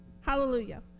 Hallelujah